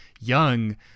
young